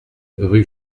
rue